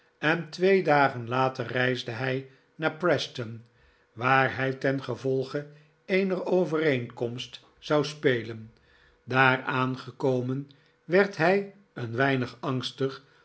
en twee dagen later reisde hij naar preston waar hij ten gevolge eener overeenkomst zou spelen daar aangekomen werd hij een weinig angstig